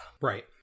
right